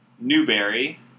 Newberry